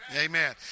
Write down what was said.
Amen